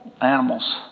animals